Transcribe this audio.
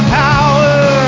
power